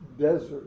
desert